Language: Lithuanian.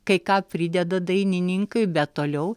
kai ką prideda dainininkai bet toliau